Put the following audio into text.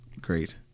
great